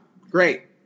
great